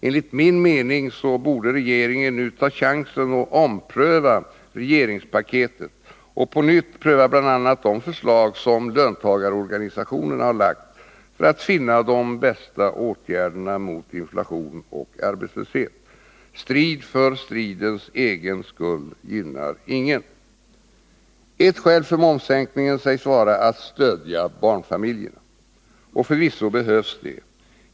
Enligt min mening borde regeringen nu ta chansen att ompröva regeringspaketet och på nytt pröva bl.a. de förslag som löntagarorganisationerna har lagt fram, för att finna de bästa åtgärderna mot inflation och arbetslöshet. Strid för stridens egen skull gynnar ingen. Ett skäl för momssänkningen sägs vara att stödja barnfamiljerna. Förvisso behövs det.